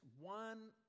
one